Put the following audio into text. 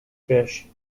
fish